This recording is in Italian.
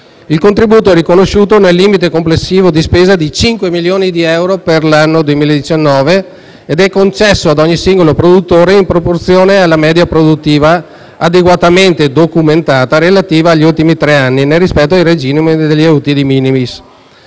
Il contributo è riconosciuto nel limite complessivo di spesa di 5 milioni di euro per il 2019 ed è concesso a ogni singolo produttore in proporzione alla media produttiva, adeguatamente documentata, relativa agli ultimi tre anni, nel rispetto del regime degli aiuti *de minimis*.